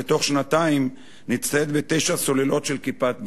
ובתוך שנתיים נצטייד בתשע סוללות של "כיפת ברזל".